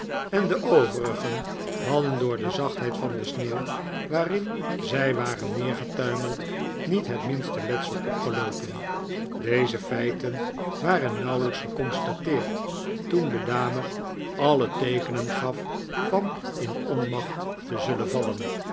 en de overigen hadden door de zachtheid van de sneeuw waarin zij waren neergetuimeld niet het minste letsel opgeloopen deze feiten waren nauwelijks geconstateerd toen de dame alle teekenen gaf van in onmacht te zullen vallen